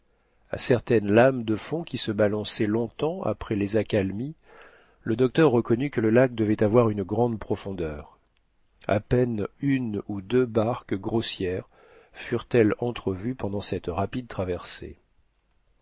a certaines lames de fond qui se balançaient longtemps après les accalmies le docteur reconnut que le lac devait avoir une grande profondeur a peine une ou deux barques grossières furent-elles entrevues pendant cette rapide traversée